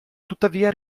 tuttavia